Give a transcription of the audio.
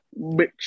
Bitch